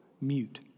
Mute